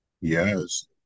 Yes